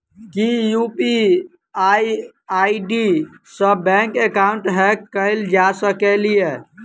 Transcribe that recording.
की UPI ID सऽ bank account hack कैल जा सकलिये?